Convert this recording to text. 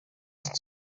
ist